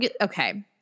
okay